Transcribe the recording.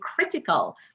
critical